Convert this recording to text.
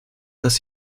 dass